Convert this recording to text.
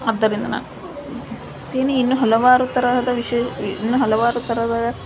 ಆದ್ದರಿಂದ ನಾ ಇನ್ನು ಹಲವಾರು ತರಹದ ವಿಷಯ ಇನ್ನು ಹಲವಾರು ತರಹದ